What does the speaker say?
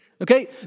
Okay